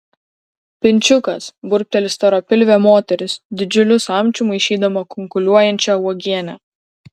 pinčiukas burbteli storapilvė moteris didžiuliu samčiu maišydama kunkuliuojančią uogienę